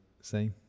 say